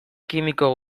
kimiko